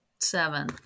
Seven